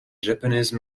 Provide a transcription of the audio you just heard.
japanese